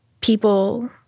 people